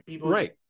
Right